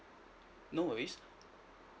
no worries